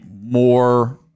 more